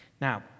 Now